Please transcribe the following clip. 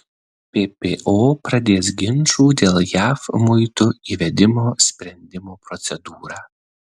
ppo pradės ginčų dėl jav muitų įvedimo sprendimo procedūrą